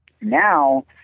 now